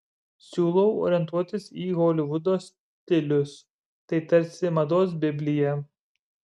siūlau orientuotis į holivudo stilius tai tarsi mados biblija